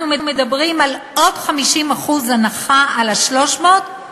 אנחנו מדברים על עוד 50% הנחה על ה-300,